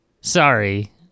Sorry